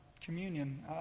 communion